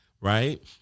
right